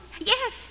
yes